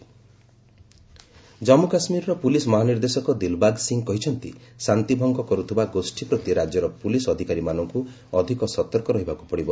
JK DSP security ଜନ୍ମୁ କାଶ୍ମୀରର police ମହାନିର୍ଦ୍ଦେଶକ ଦିଲ୍ବାଗ୍ ସିଂହ କହିଛନ୍ତି ଶାନ୍ତି ଭଙ୍ଗ କରୁଥିବା ଗୋଷ୍ଠୀ ପ୍ରତି ରାଜ୍ୟର ପୁଲିସ୍ ଅଧିକାରୀମାନଙ୍କୁ ଅଧିକ ସତର୍କ ରହିବାକୁ ପଡ଼ିବ